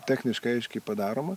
techniškai aiškiai padaroma